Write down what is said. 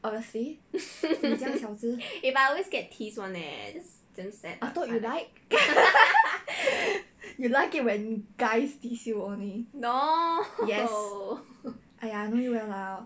obviously 你这样小只 I thought you like you like it when guys tease you only yes !aiya! I know you well lah